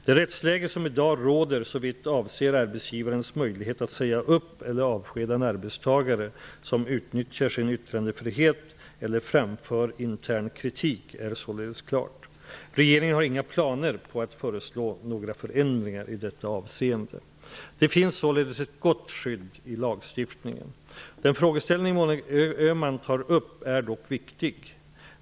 Det rättsläge som i dag råder såvitt avser arbetsgivarens möjlighet att säga upp eller avskeda en arbetstagare som utnyttjar sin yttrandefrihet eller framför intern kritik är således klart. Regeringen har inga planer på att föreslå några förändringar i detta avseende. Det finns således ett gott skydd i lagstiftningen. Den frågeställning Monica Öhman tar upp är dock viktig.